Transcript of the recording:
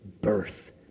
birth